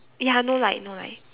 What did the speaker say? ya no light no light